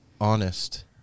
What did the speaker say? honest